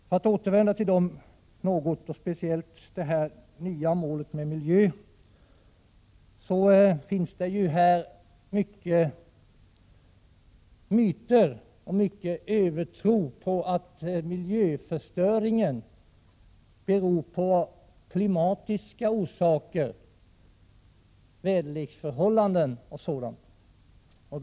För att återvända till speciellt det nya målet, som gäller miljön, vill jag säga att det finns många myter om och en övertro på att miljöförstöringen har klimatiska orsaker, beror på väderleksförhållanden osv.